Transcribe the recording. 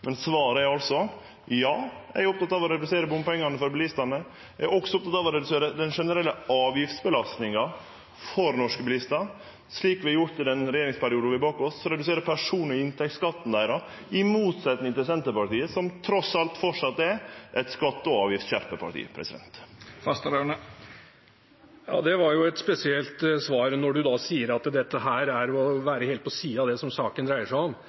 Men svaret er altså: Ja, eg er oppteken av å redusere bompengane for bilistane. Eg er også oppteken av å redusere den generelle avgiftsbelastinga for norske bilistar, slik vi har gjort i den regjeringsperioden vi har bak oss, og å redusere den personlege inntektsskatten deira – i motsetnad til Senterpartiet, som trass alt framleis er eit skatte- og avgiftsskjerpande parti. Dette var et spesielt svar, når du sier at dette er å være helt på siden av det som saken dreier seg om.